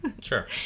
Sure